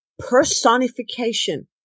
Personification